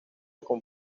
con